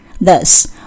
Thus